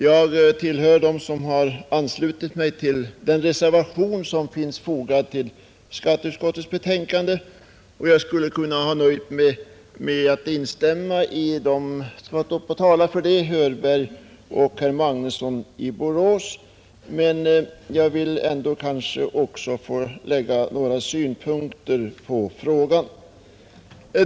Jag tillhör dem som har ställt sig bakom den reservation som är fogad vid skatteutskottets betänkande, och jag skulle i och för sig ha kunnat nöja mig med att instämma med de företrädare för reservanterna som yttrat sig, nämligen herrar Hörberg och Magnusson i Borås. Jag vill emellertid också själv anlägga några synpunkter på denna fråga.